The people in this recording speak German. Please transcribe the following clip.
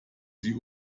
sie